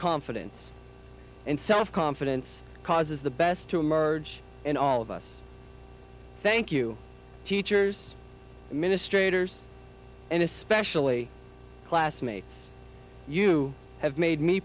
confidence and self confidence causes the best to emerge in all of us thank you teachers administrators and especially classmates you have made me